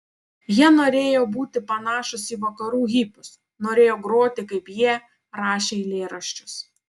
jie norėjo būti panašūs į vakarų hipius norėjo groti kaip jie rašė eilėraščius